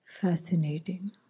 Fascinating